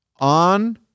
on